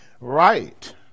Right